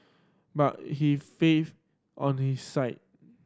but he faith on his side